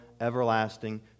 everlasting